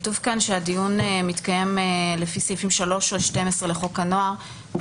כתוב כאן שהדיון מתקיים לפי סעיפים 3 ו-12 לחוק הנוער אבל